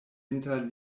inter